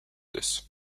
this